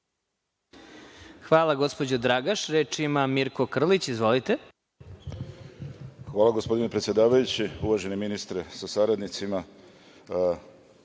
Hvala, gospodine predsedavajući. Uvaženi ministre sa saradnicima,